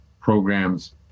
programs